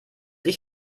ich